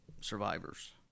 survivors